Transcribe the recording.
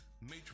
Major